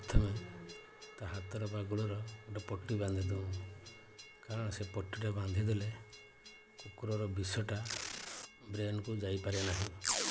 ପଥମେ ତା ହାତର ବା ଗୋଡ଼ର ଗୋଟେ ପଟି ବାନ୍ଧିଦେଉ କାରଣ ସେ ପଟିଟା ବାନ୍ଧିଦେଲେ କୁକୁରର ବିଷଟା ବ୍ରେନ୍କୁ ଯାଇପାରେ ନାହିଁ